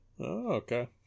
Okay